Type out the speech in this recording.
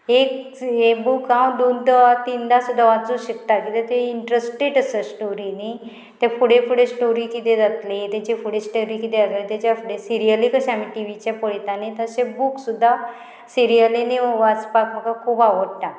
एक हे बूक हांव दोन किंवां तिनदां सुद्दां वाचूं शकता किद्या ते इंट्रस्टेड आसा स्टोरी न्ही ते फुडें फुडें स्टोरी कितें जातली तेची फुडें स्टोरी कितें जातलें तेज्या फुडें सिरियली कशें आमी टिवीचेर पळयता न्ही तशें बूक सुद्दां सिरियलीनी वाचपाक म्हाका खूब आवडटा